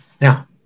Now